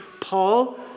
Paul